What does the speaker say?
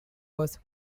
was